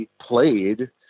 played